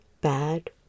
bad